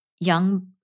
young